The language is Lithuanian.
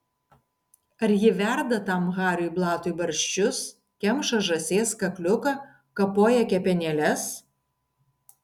ar ji verda tam hariui blatui barščius kemša žąsies kakliuką kapoja kepenėles